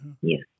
Yes